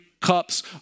cups